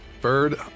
Bird